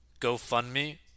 GoFundMe